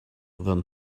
than